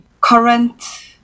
current